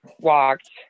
walked